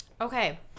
Okay